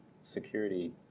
security